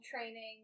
training